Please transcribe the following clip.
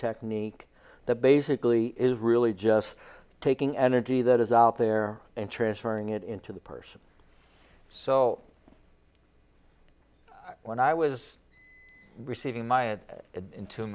technique that basically is really just taking energy that is out there and transferring it into the person so when i was receiving my it in two